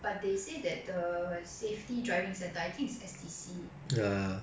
but they say that the safety driving center I think is S_D_C